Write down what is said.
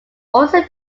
also